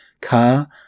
car